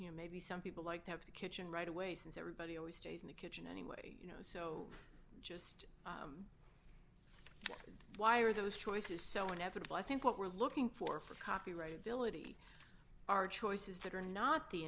you know maybe some people like that the kitchen right away since everybody always stays in the kitchen any way you know so just why are those choices so inevitable i think what we're looking for for copyright ability are choices that are not the